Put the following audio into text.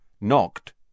knocked